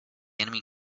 enemy